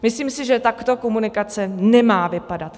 Myslím si, že takto komunikace nemá vypadat.